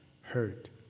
hurt